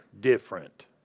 different